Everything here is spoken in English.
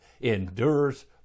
endures